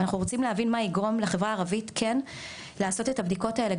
אנחנו רוצים להבין מה יגרום לחברה הערבית כן לעשות את הבדיקות האלו,